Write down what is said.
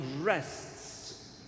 rests